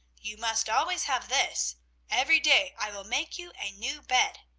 you must always have this every day i will make you a new bed!